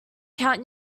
count